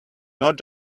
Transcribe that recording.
not